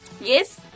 Yes